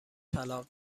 طلاق